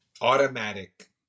automatic